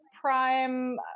prime